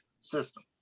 system